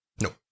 No